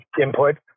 input